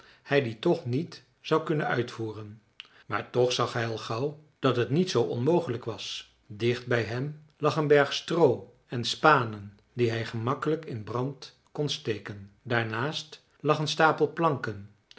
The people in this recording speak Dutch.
hij die toch niet zou kunnen uitvoeren maar toch zag hij al gauw dat het niet zoo onmogelijk was dicht bij hem lag een berg stroo en spanen die hij gemakkelijk in brand kon steken daarnaast lag een stapel planken